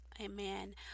Amen